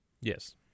Yes